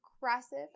aggressive